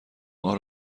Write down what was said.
ماه